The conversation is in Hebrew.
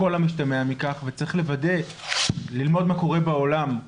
צריך ללמוד מה קורה בעולם,